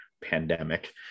pandemic